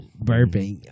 burping